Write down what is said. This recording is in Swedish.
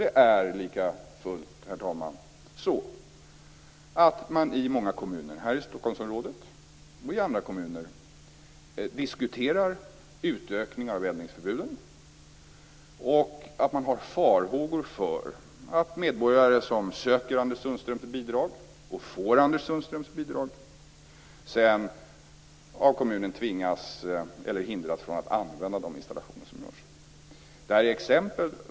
Det är likafullt så, herr talman, att man i många kommuner här i Stockholmsområdet och i andra kommuner diskuterar utökning av eldningsförbuden och har farhågor för att medborgare som söker och får Anders Sundströms bidrag sedan av kommunen skall hindras från att använda de installationer som har gjorts.